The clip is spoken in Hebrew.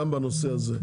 גם בנושא הזה,